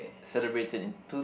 celebrated in two